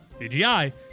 CGI